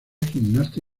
gimnasta